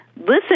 Listen